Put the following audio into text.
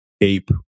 ape